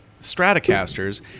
Stratocasters